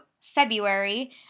February